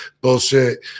bullshit